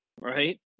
Right